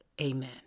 Amen